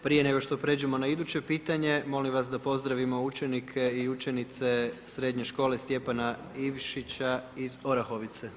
Prije nego pređemo na iduće pitanje, molim vas da pozdravimo učenike i učenice Srednje škole Stjepana Ivšića iz Orahovice.